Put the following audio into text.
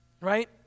Right